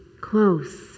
close